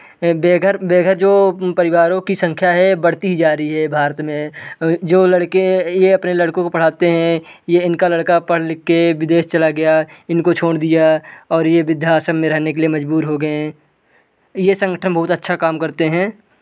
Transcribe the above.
बेघर बेघर जो परिवारों की संख्या है बढ़ती ही जा रही है भारत में जो लड़के ये अपने लड़कों को पढ़ाते हैं ये इनका लड़का पढ़ लिख के विदेश चला गया इनको छोड़ दिया और ये वृद्धा आश्रम में रहने के लिए मजबूर हो गए हैं ये संगठन बहुत अच्छा काम करते हैं